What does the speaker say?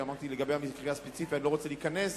אמרתי שלמקרה הספציפי אני לא רוצה להיכנס.